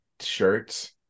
shirts